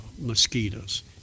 mosquitoes